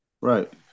right